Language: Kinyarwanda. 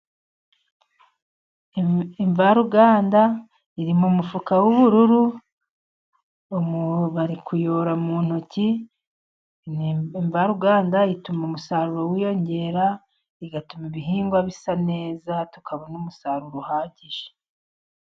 Imvaruganda iri mu mufuka w'ubururu, bari kuyora mu ntoki, imvaruganda ituma umusaruro wiyongera, igatuma ibihingwa bisa neza, tukabona umusaruro uhagije.